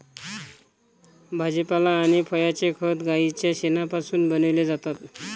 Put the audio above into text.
भाजीपाला आणि फळांचे खत गाईच्या शेणापासून बनविलेले जातात